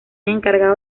encargado